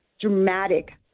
dramatic